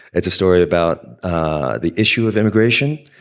it's a story about ah the issue of immigration.